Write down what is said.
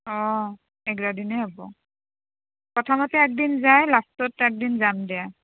অঁ এঘাৰ দিনে হ'ব প্ৰথমতে এক দিন যাই লাষ্টত একদিন যাম দিয়া